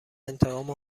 انتقام